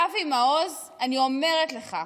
ואבי מעוז, אני אומרת לך,